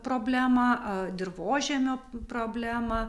problemą dirvožemio problemą